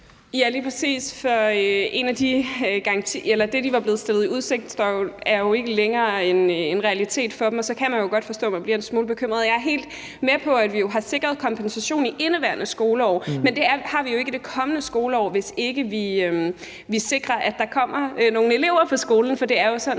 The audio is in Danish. Ja, lige præcis, for det, de var blevet stillet i udsigt, er jo ikke længere en realitet for dem, og så kan man jo godt forstå, at de bliver en smule bekymret. Og jeg er jo helt med på, at vi har sikret en kompensation i indeværende skoleår, men det har vi ikke i det kommende skoleår, hvis ikke vi sikrer, at der kommer nogle elever på skolen. For det er jo